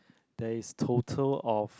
there is total of